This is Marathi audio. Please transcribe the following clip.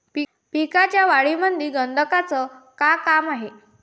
पिकाच्या वाढीमंदी गंधकाचं का काम हाये?